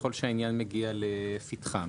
ככל שהעניין מגיע לפתחם.